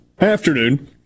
afternoon